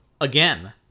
Again